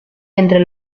entre